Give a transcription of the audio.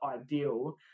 ideal